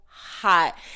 Hot